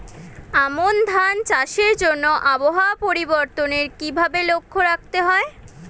আমন ধান চাষের জন্য আবহাওয়া পরিবর্তনের কিভাবে লক্ষ্য রাখতে হয়?